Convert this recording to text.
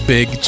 Big